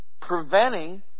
preventing